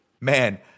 man